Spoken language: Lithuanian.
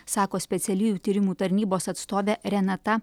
sako specialiųjų tyrimų tarnybos atstovė renata